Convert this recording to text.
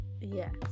yes